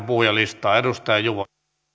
puhujalistaan arvoisa herra